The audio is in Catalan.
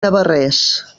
navarrés